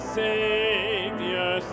savior